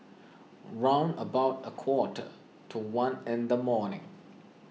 round about a quarter to one in the morning